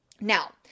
Now